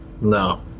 No